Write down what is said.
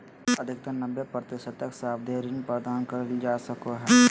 अधिकतम नब्बे प्रतिशत तक सावधि ऋण प्रदान कइल जा सको हइ